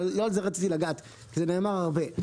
אבל לא בזה רציתי לגעת, זה נאמר הרבה.